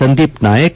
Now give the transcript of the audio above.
Sandeep Nayak